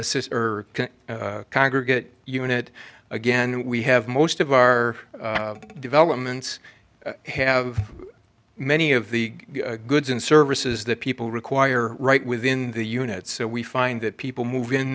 unit or cagr get unit again we have most of our developments have many of the goods and services that people require right within the unit so we find that people move in